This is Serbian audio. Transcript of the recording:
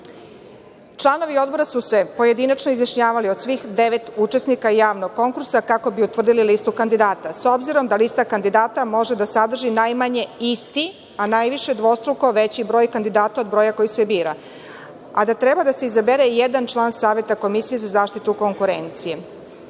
Članovi Odbora su se pojedinačno izjašnjavali o svih devet učesnika javnog konkursa kako bi utvrdili listu kandidata. S obzirom da lista kandidata može da sadrži najmanje isti, a najviše dvostruko veći broj kandidata od broja koji se bira, a da treba da se izabere jedan član Saveta Komisije za zaštitu konkurencije,